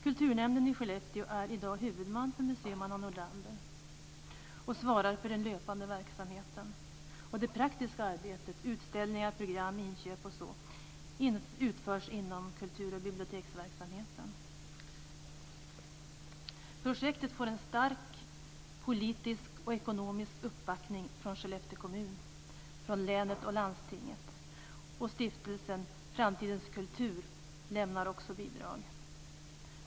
Kulturnämnden i Skellefteå år i dag huvudman för Museum Anna Nordlander och svarar för den löpande verksamheten, och det praktiska arbetet med utställningar, program och inköp utförs inom kultur och biblioteksverksamheten. Projektet får en stark politisk och ekonomisk uppbackning från Skellefte kommun, från länet och landstinget, och Stiftelsen Framtidens kultur lämnar också bidrag.